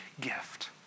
gift